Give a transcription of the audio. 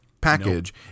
package